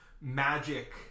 magic